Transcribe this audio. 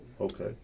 Okay